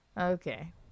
Okay